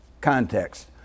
context